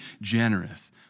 generous